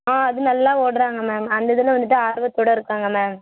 ஆ அது நல்லா ஓடுகிறாங்க மேம் அந்த இதில் வந்துவிட்டு ஆர்வத்தோடு இருக்காங்க மேம்